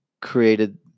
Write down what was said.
created